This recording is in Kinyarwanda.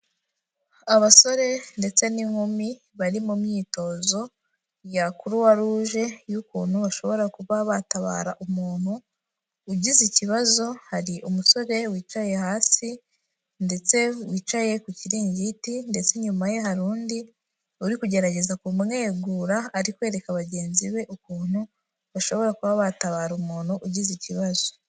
Abasore ndetse n'inkumi bari mu myitozo ya croix rouge y'ukuntu bashobora kuba batabara umuntu ugize ikibazo hari umusore wicaye hasi ndetse wicaye ku kiringiti ndetse nyuma ye hari undi uri kugerageza kumwegura arikwereka bagenzi be ukuntu bashobora kuba batabara umuntu ugize ikibazo.